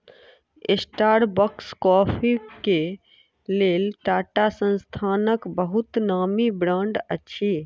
Starbucks coffee के लेल टाटा संस्थानक बहुत नामी ब्रांड अछि